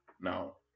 now